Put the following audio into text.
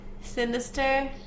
Sinister